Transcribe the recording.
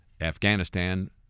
Afghanistan